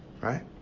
Right